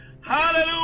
Hallelujah